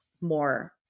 more